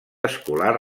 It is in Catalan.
escolar